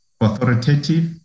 authoritative